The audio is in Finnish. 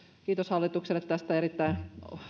kiitos hallitukselle tästä erittäin